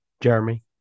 Jeremy